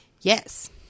Yes